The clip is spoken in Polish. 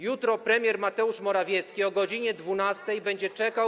Jutro premier Mateusz Morawiecki o godz. 12 będzie czekał.